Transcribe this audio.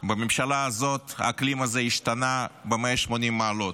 בממשלה הזאת האקלים הזה השתנה ב-180 מעלות.